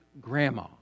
Grandma